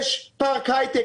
יש פארק היי-טק,